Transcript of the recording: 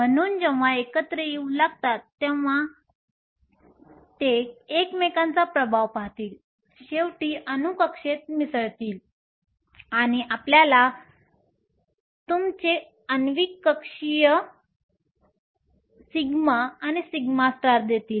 म्हणून जेव्हा एकत्र येऊ लागतात तेव्हा ते एकमेकांचा प्रभाव पाहतील शेवटी अणू कक्षेत मिसळतील आणि आपल्याला आण्विक कक्षीय σ आणि σ देतील